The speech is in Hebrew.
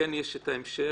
שכן יש את ההמשך,